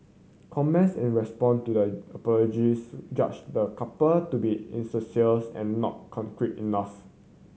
comments in response to the apologies judged the couple to be insincere and not contrite enough